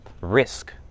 risk